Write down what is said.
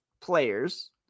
players